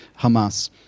Hamas